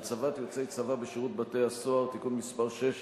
(הצבת יוצאי צבא בשירות בתי-הסוהר) (תיקון מס' 6),